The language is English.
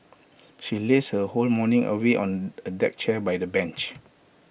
she lazed her whole morning away on A deck chair by the bench